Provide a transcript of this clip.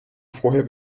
vorher